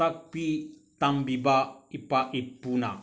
ꯇꯥꯛꯄꯤ ꯇꯝꯕꯤꯕ ꯏꯄꯥ ꯏꯄꯨꯅ